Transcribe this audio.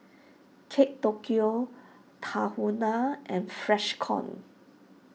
Kate Tokyo Tahuna and Freshkon